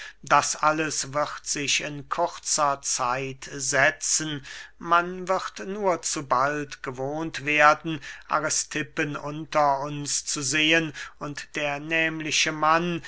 das alles wird sich in kurzer zeit setzen man wird nur zu bald gewohnt werden aristippen unter uns zu sehen und der nehmliche mann